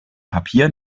papier